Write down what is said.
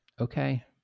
okay